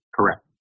Correct